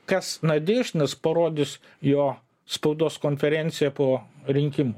kas nadieždinas parodys jo spaudos konferencija po rinkimų